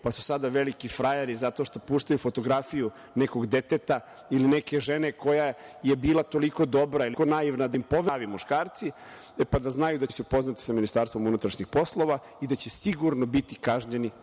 pa su sada veliki frajeri zato što puštaju fotografiju nekog deteta ili neke žene koja je bila toliko dobra ili toliko naivna da im poveruje da su oni pravi muškarci, e pa da znaju da će se upoznati sa Ministarstvom unutrašnjih poslova i da će sigurno biti kažnjeni